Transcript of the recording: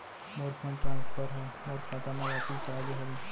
मोर fund transfer हा मोर खाता मा वापिस आ गे हवे